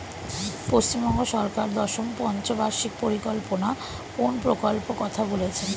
পশ্চিমবঙ্গ সরকার দশম পঞ্চ বার্ষিক পরিকল্পনা কোন প্রকল্প কথা বলেছেন?